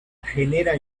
genera